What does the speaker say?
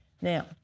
Now